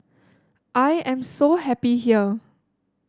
I am so happy here